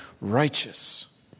righteous